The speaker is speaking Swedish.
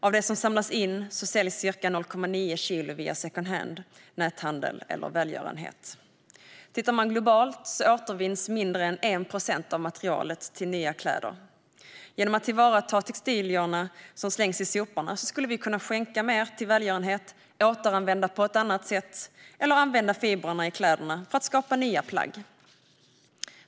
Av det som samlas in säljs ca 0,9 kilo via second hand, näthandel eller välgörenhet. Globalt sett återvinns mindre än 1 procent av materialet till nya kläder. Genom att tillvarata textilierna som slängs i soporna skulle vi kunna skänka mer till välgörenhet, återanvända på annat sätt eller använda fibrerna i kläderna för att skapa nya plagg.